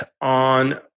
on